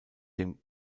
dem